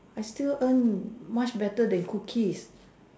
I still earn much better than cookies